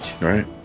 Right